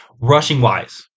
Rushing-wise